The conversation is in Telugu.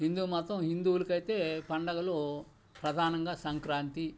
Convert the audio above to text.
హిందూ మతం హిందువులకైతే పండగలు ప్రధానంగా సంక్రాంతి